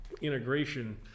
integration